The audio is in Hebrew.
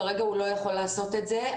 כרגע הוא לא יכול לעשות את זה.